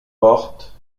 porte